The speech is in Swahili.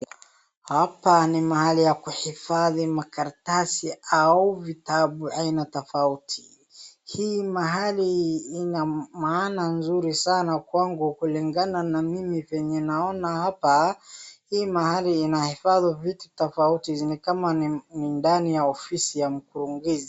Hapa ni mahali ya kuhifadhi makaratasi au vitabu aina tofauti hii mahali ina maana mzuri sana kwangu kulingana na mimi venye naona hapa hii mahali inahifadhi vitu tofauti ni kama ni ndani ya ofisi ya mkurugenzi.